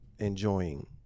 enjoying